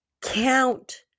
Count